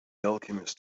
alchemist